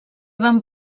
van